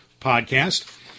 Podcast